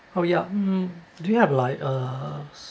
oh yeah mm do you have like